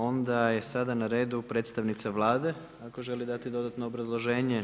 Onda je sada na redu predstavnica Vlade, ako želi dati dodatno obrazloženje?